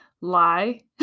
lie